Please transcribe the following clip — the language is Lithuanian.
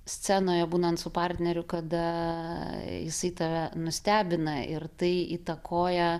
scenoje būnant su partneriu kada jisai tave nustebina ir tai įtakoja